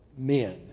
men